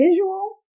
visual